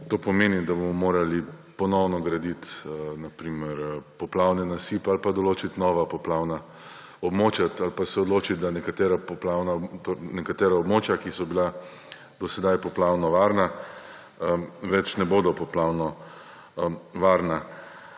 To pomeni, da bomo morali ponovno graditi na primer poplavne nasipe ali pa določiti nova poplavna območja ali pa se odločiti, da nekatera območja, ki so bila do sedaj poplavno varna, več ne bodo poplavno varna.